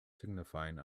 signifying